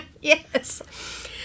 Yes